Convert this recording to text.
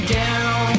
down